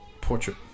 portrait